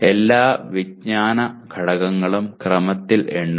എല്ലാ വിജ്ഞാന ഘടകങ്ങളും ക്രമത്തിൽ എണ്ണുക